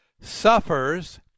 suffers